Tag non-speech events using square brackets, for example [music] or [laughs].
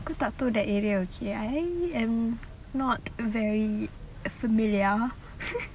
aku tak tahu that area okay I am not very familiar [laughs]